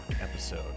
episode